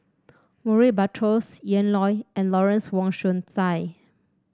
Murray Buttrose Ian Loy and Lawrence Wong Shyun Tsai